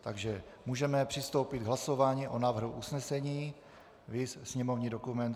Takže můžeme přistoupit k hlasování o návrhu usnesení viz sněmovní dokument.